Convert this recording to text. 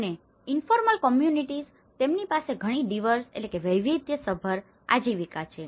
અને informal communities informal communities અનૌપચારિક સમુદાયો તેમની પાસે ઘણી ડિવર્સ diverse વૈવિધ્યસભર આજીવિકા છે